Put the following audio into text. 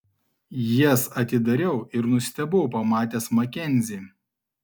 jas atidariau ir nustebau pamatęs makenzį